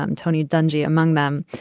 um tony dungy among them.